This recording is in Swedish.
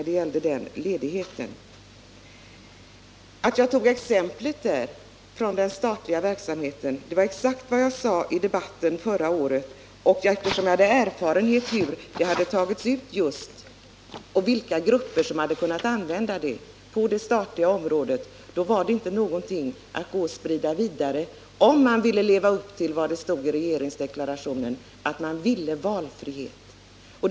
Det exempel som jag tog från den statliga verksamheten redovisade jag på exakt samma sätt i föregående års debatt. Med den kännedom som jag hade om vilka som utnyttjat den här möjligheten på det statliga området ansåg jag att det inte var lämpligt att ytterligare sprida denna ordning, om man vill leva upp till vad som stod om valfrihet i 1976 års regeringsdeklaration.